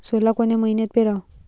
सोला कोन्या मइन्यात पेराव?